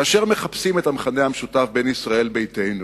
כאשר מחפשים את המכנה המשותף בין ישראל ביתנו